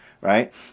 right